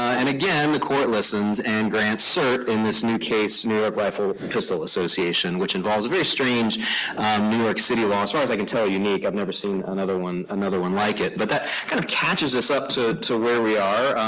and, again, the court listens, and grants cert in this new case new york rifle pistol association which involves a very strange new york city law. as far as i can tell, unique i've never seen another one another one like it. but that kind of catches us up to to where we are.